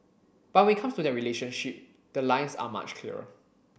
but when it comes to their relationship the lines are much clearer